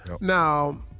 Now